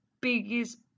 biggest